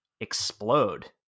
explode